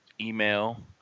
email